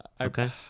Okay